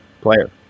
player